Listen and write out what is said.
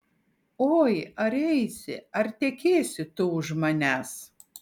oi ar eisi ar tekėsi tu už manęs